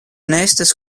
nächstes